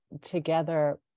Together